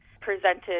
presented